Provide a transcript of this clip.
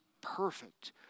perfect